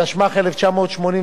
התשמ"ח 1988,